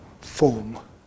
form